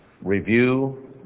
review